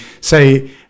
say